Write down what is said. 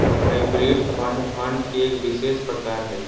hybrid fund, fund के एक विशेष प्रकार हय